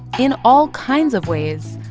in all kinds of ways,